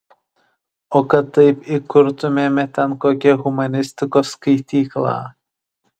o kad taip įkurtumėme ten kokią humanistikos skaityklą